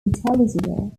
intelligible